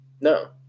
No